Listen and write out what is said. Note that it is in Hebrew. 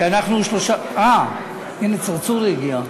שאנחנו שלושה, הנה צרצור הגיע.